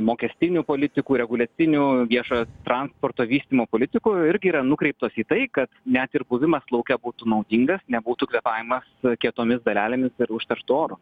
mokestinių politikų reguliacinių viešojo transporto vystymo politikų irgi yra nukreiptos į tai kad net ir buvimas lauke būtų naudingas nebūtų kvėpavimas kietomis dalelėmis užterštu oru